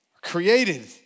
created